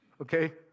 okay